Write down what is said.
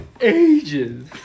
ages